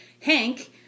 Hank